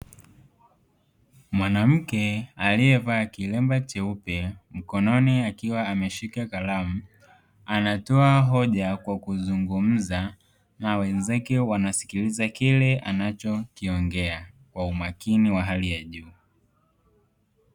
Mwanamke aliyevaa kilemba cheupe mkononi akiwa ameshika kalamu, anatoa hoja kwa kuzungumza na wenzake wanasikiliza kile anachokiongea kwa umakini wa hali ya juu.